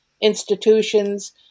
institutions